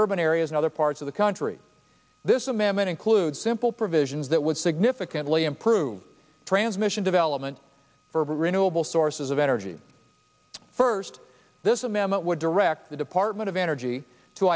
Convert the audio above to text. urban areas in other parts of the country this amendment includes simple provisions that would significantly improve transmission development for renewable sources of energy first this amendment would direct the department of energy to